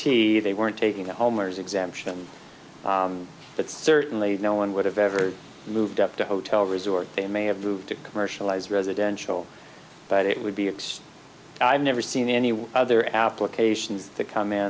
t they weren't taking homer's exemption but certainly no one would have ever moved up to a hotel resort they may have moved to commercialise residential but it would be ex i've never seen anyone other applications to come in